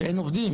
שאין עובדים,